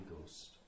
Ghost